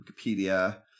Wikipedia